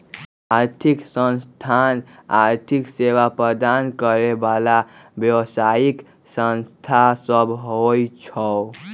आर्थिक संस्थान आर्थिक सेवा प्रदान करे बला व्यवसायि संस्था सब होइ छै